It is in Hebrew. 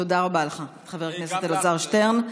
תודה רבה לך, חבר הכנסת אלעזר שטרן.